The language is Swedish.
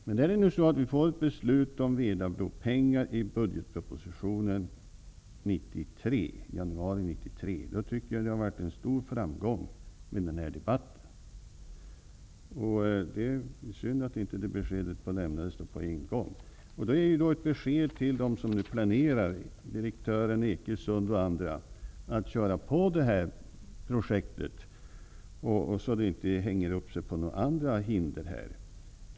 Men får vi beslut om pengar i budgetpropositionen i januari 1993 om pengar till Vedabron, då tycker jag det har varit en stor framgång med denna debatt. Det är synd att inte det beskedet lämnades på en gång. Det är då ett besked till dem som nu planerar att köra vidare med projektet så att det inte hänger upp sig på andra hinder.